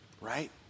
right